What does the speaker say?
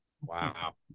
Wow